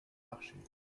marcher